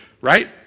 right